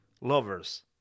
lovers